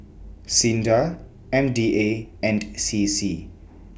SINDA M D A and C C